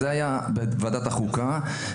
זה היה בוועדת החוקה.